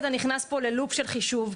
אתה נכנס פה ללופ של חישוב,